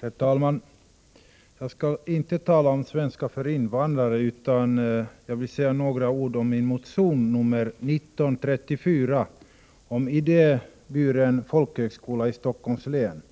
Herr talman! Jag skall inte tala om svenska för invandrare, utan jag vill säga några ord om min motion nr 1934 om inrättandet av en idéburen folkhögskola i Stockholms län;